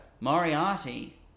Moriarty